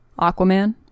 Aquaman